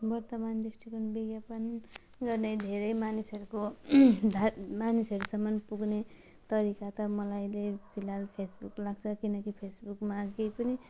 वर्तमान दृष्टिकोण विज्ञापन गर्ने धेरै मानिसहरूको धा मानिसहरूसम्म पुग्ने तरिका त मलाई अहिले फिलहाल फेस बुक लाग्छ किनकि फेसबुकमा केही पनि